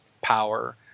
power